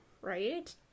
Right